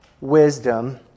wisdom